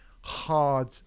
hard